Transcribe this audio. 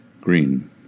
Green